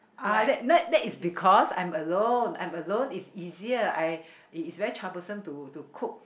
uh that that that is because I'm alone I'm alone it's easier I is is very troublesome to cook